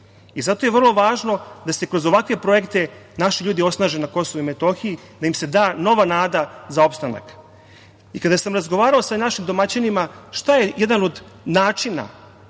Zato je vrlo važno da se kroz ovakve projekte naši ljudi osnaže na KiM, da im se da nova nada za opstanak. Kada sam razgovarao sa našim domaćinima šta je jedan od načina,